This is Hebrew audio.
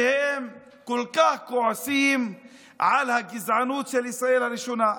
שהם כל כך כועסים על הגזענות של ישראל הראשונה.